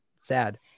Sad